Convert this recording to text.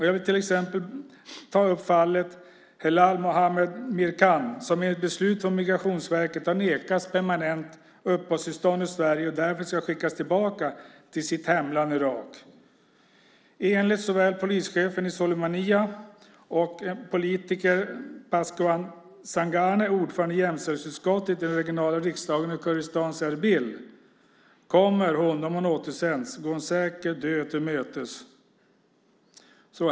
Jag vill som exempel ta upp fallet Helal Mohammad Mirkhan, som enligt beslut från Migrationsverket har nekats permanent uppehållstillstånd i Sverige och därför ska skickas tillbaka till sitt hemland, Irak. Enligt såväl polischefen i Sulaymaniyah och politikern Pazshan Zangane, ordförande i jämställdhetsutskottet i den regionala riksdagen i Kurdistans huvudstad Irbil, kommer hon att gå en säker död till mötes om hon återsänds.